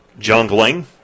Jungling